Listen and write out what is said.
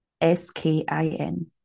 S-K-I-N